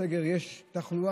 לפני הסגר יש תחלואה,